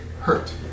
hurt